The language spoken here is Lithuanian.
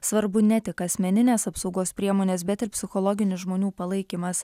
svarbu ne tik asmeninės apsaugos priemonės bet ir psichologinis žmonių palaikymas